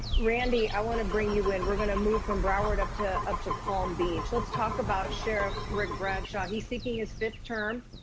randy, i wanna bring you in. we're gonna move from broward up to up to palm beach. let's talk about sheriff rick bradshaw. he's seeking his fifth term.